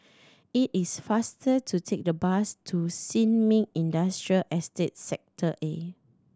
it is faster to take the bus to Sin Ming Industrial Estate Sector A